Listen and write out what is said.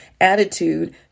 attitude